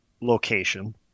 location